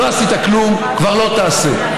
לא עשית כלום, כבר לא תעשה.